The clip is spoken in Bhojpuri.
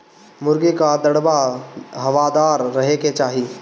मुर्गी कअ दड़बा हवादार रहे के चाही